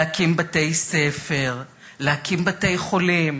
להקים בתי-ספר, להקים בתי-חולים,